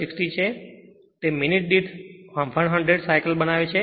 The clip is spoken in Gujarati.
કારણ કે તે મિનિટ દીઠ 100 સાયકલ બનાવે છે